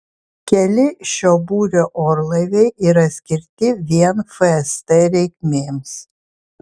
keli šio būrio orlaiviai yra skirti vien fst reikmėms